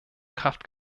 kraft